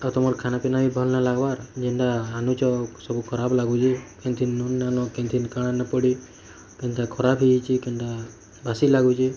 ଆଉ ତମର୍ ଖାନା ପିନା ବି ଭଲ ନାଇଁ ଲାଗ୍ବାର୍ ଯେନ୍ତା ଆନୁଛ ସବୁ ଖରାପ୍ ଲାଗୁଛି କେଇଥିର୍ ନୁନ୍ ନାଇଁନ୍ କେଇଥିର କାଣା ନାଇଁ ପଡ଼ି କେନ୍ଟା ଖରାପ ହୋଇଯାଇଛି କେନ୍ଟା ବାସି ଲାଗୁଛି